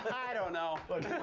i don't know.